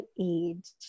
age